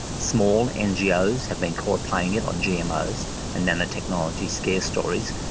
small ngos have been caught playing it on gmos and nanotechnology scare stories,